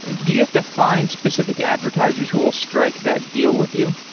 and do you have to find specific advertisers who will strike that deal with you?